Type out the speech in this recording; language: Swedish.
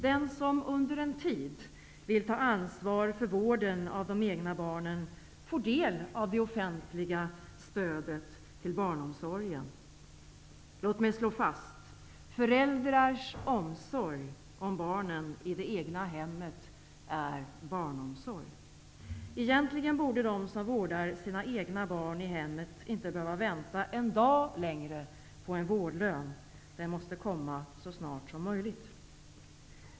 Den som under en tid vill ta ansvar för vården av de egna barnen får del av det offentliga stödet till barnomsorgen. Låt mig slå fast att föräldrars omsorg om barnen i det egna hemmet är barnomsorg. Egentligen borde de som vårdar sina barn i hemmet inte behöva vänta en dag längre på en vårdlön. Den måste komma så snart som möjligt.